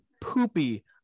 poopy